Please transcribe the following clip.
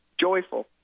joyful